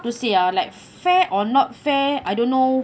you see ah like fair or not fair I don't know